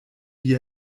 wie